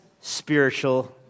spiritual